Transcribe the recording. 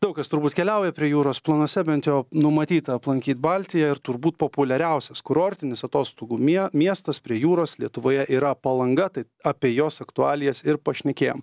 daug kas turbūt keliauja prie jūros planuose bent jau numatyta aplankyt baltiją ir turbūt populiariausias kurortinis atostogų mie miestas prie jūros lietuvoje yra palanga tai apie jos aktualijas ir pašnekėjom